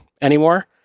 anymore